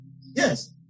Yes